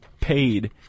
paid